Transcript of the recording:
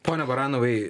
pone baranovai